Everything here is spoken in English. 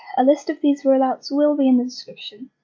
a list of these rule-outs will be in the description.